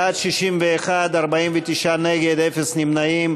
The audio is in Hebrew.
בעד, 61, נגד, 49, ואפס נמנעים.